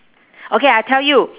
okay I tell you